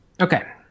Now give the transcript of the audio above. Okay